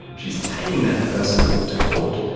she's taking that person to court.